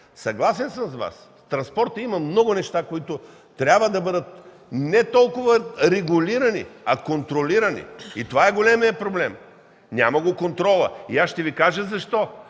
Съгласен съм с Вас, в транспорта има много неща, които трябва да бъдат не толкова регулирани, а контролирани, и това е големият проблем – няма го контролът. И ще Ви кажа защо.